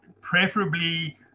preferably